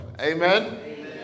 Amen